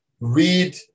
read